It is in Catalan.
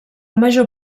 major